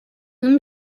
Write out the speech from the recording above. whom